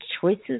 choices